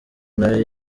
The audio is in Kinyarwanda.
nawe